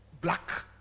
black